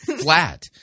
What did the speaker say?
Flat